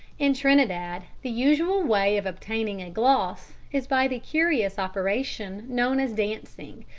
in trinidad the usual way of obtaining a gloss is by the curious operation known as dancing,